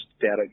data